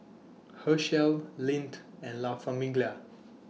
Herschel Lindt and La Famiglia